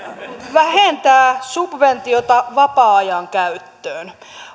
vähentää subventiota vapaa ajan käyttöön